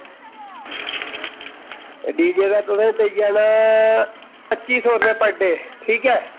DJ दा तुसेंगी पेई जाना पं'जी सौ रपेआ पर डे